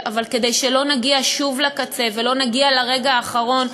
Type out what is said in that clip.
אבל כדי שלא נגיע שוב לקצה ולא נגיע לרגע האחרון,